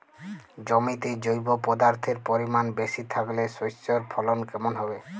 জমিতে জৈব পদার্থের পরিমাণ বেশি থাকলে শস্যর ফলন কেমন হবে?